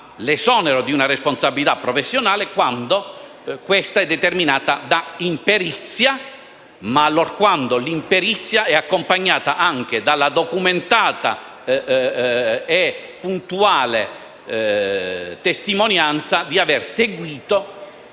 l'esonero di una responsabilità professionale quando essa è determinata da imperizia e allorquando l'imperizia è accompagnata anche dalla documentata e puntuale testimonianza di aver seguito